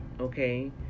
Okay